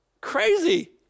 Crazy